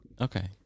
Okay